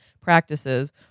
practices